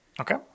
Okay